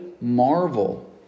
marvel